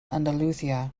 andalusia